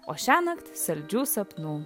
o šiąnakt saldžių sapnų